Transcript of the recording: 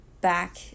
back